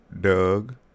Doug